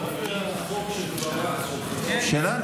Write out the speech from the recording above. חוק שכבר רץ, שלך.